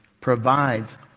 provides